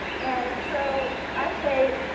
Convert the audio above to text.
and so i say,